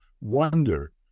wonder